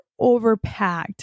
overpacked